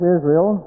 Israel